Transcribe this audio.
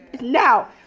Now